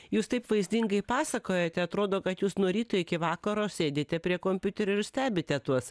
jūs taip vaizdingai pasakojate atrodo kad jūs nuo ryto iki vakaro sėdite prie kompiuterio ir stebite tuos